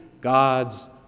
God's